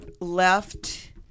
left